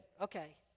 okay